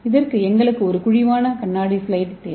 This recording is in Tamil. இதற்கு எங்களுக்கு ஒரு குழிவான கண்ணாடி ஸ்லைடு தேவை